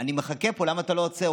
אני מחכה פה, למה אתה לא עוצר?